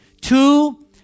Two